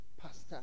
pastor